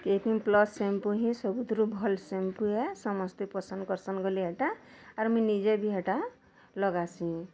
clinic Plus shampoo ହି ସବୁଠାରୁ ଭଲ୍ ସାମ୍ପୁ ହେ ସମସ୍ତେ ପସନ୍ଦ୍ କରସନ୍ ବେଲେ ଏଇଟା ଆର୍ ମୁଇଁ ନିଜେ ବି ହେଇଟା ଲଗାସିଁ